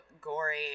gory